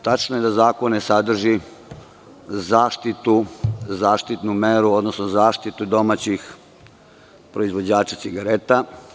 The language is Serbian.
Tačno je da zakon ne sadrži zaštitu, odnosno zaštitu domaćih proizvođača cigareta.